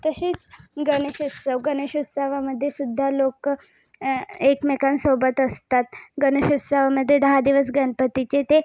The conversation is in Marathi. तशीच गणेशोत्सव गणेशोत्सवामध्ये सुद्धा लोक एकमेकांसोबत असतात गणेशोत्सवामध्ये दहा दिवस गणपतीचे ते